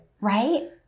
Right